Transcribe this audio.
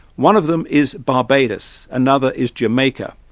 one of them is barbados, another is jamaica,